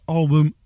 album